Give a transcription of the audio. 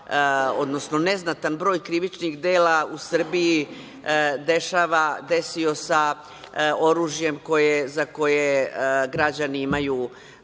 odnosno neznatan broj krivičnih dela u Srbiji dešava, desio sa oružjem za koje građani imaju dozvolu